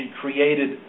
created